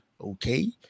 Okay